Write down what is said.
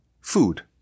food